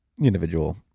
individual